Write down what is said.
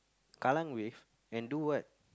Kallang-Wave and do what